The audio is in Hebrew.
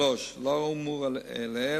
3. לאור האמור לעיל,